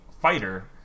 fighter